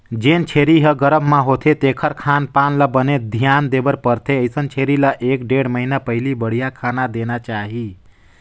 जेन छेरी ह गरभ म होथे तेखर खान पान ल बने धियान देबर परथे, अइसन छेरी ल एक ढ़ेड़ महिना पहिली बड़िहा खाना देना चाही